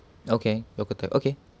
okay local card okay